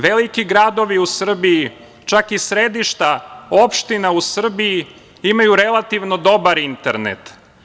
Veliki gradovi u Srbiji, čak i središta opština u Srbiji imaju relativno dobar internet.